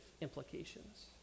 implications